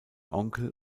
onkel